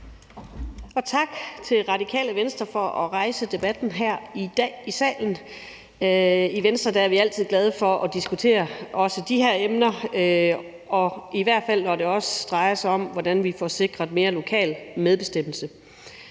og tak til Radikale Venstre for at rejse debatten her i salen i dag. I Venstre er vi altid glade for at diskutere de her emner, også når det drejer sig om, hvordan vi får sikret mere lokal medbestemmelse.